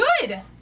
Good